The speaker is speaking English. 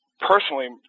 personally